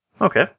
Okay